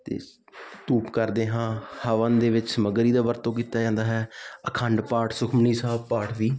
ਅਤੇ ਧੂਫ ਕਰਦੇ ਹਾਂ ਹਵਨ ਦੇ ਵਿੱਚ ਸਮੱਗਰੀ ਦਾ ਵਰਤੋਂ ਕੀਤਾ ਜਾਂਦਾ ਹੈ ਅਖੰਡ ਪਾਠ ਸੁਖਮਨੀ ਸਾਹਿਬ ਪਾਠ ਵੀ